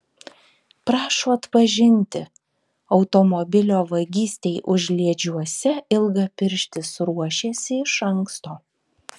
prašo atpažinti automobilio vagystei užliedžiuose ilgapirštis ruošėsi iš anksto